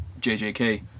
JJK